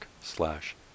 slash